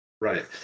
Right